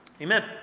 Amen